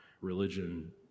religion